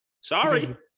Sorry